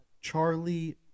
Charlie